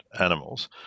animals